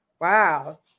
wow